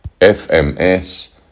FMS